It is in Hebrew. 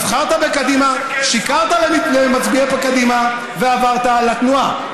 נבחרת בקדימה, שיקרת למצביעי קדימה ועברת לתנועה.